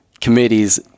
committees